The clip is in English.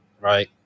Right